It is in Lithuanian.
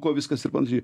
kuo viskas ir panašiai